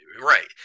right